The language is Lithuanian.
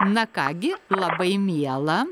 na ką gi labai miela